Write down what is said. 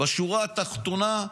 בשורה התחתונה,